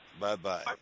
Bye-bye